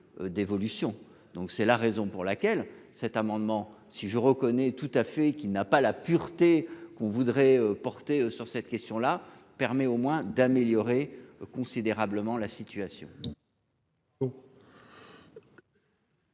Donc c'est la raison pour laquelle cet amendement si je reconnais tout à fait qui n'a pas la pureté qu'on voudrait porter sur cette question-là permet au moins d'améliorer. Considérablement la situation.